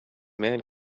man